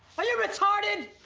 are you retarded?